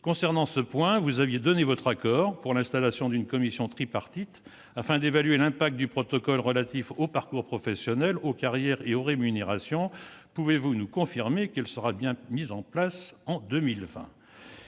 et redéfinie. Vous aviez d'ailleurs donné votre accord pour l'installation d'une commission tripartite chargée d'évaluer l'impact du protocole relatif aux parcours professionnels, aux carrières et aux rémunérations. Pouvez-vous nous confirmer qu'une telle commission sera bien mise en place en 2020 ?